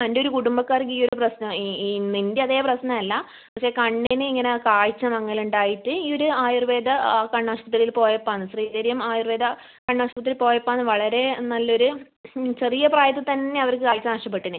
എൻ്റെ ഒരു കുടുംബക്കാർക്ക് ഈ ഒരു പ്രശ്നം നിൻ്റെ അതേ പ്രശ്നമല്ല പക്ഷെ കണ്ണിന് ഇങ്ങനെ കാഴ്ച മങ്ങൽ ഉണ്ടായിട്ട് ഈ ഒരു ആയുർവ്വേദ കണ്ണാശുപതിയിൽ പോയപ്പോഴാണ് ശ്രീധരീയം ആയുർവ്വേദ കണ്ണാശുപത്രി പോയപ്പോഴാണ് വളരെ നല്ലൊരു ചെറിയ പ്രായത്തിൽ തന്നെ അവർക്ക് കാഴ്ച നഷ്ടപ്പെട്ടിന്